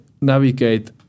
navigate